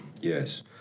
Yes